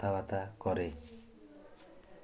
କଥାବାର୍ତ୍ତା କରେ